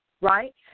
right